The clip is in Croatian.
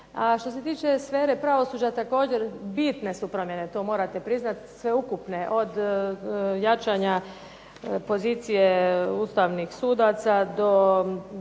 što se tiče sfere pravosuđa, također bitne su promjene to morate priznat, sveukupne, od jačanja pozicije ustavnih sudaca do